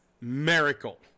miracle